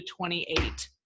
28